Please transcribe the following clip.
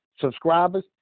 subscribers